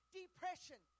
depression